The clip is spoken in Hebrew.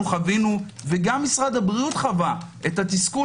חווינו וגם משרד הבריאות חווה את התסכול,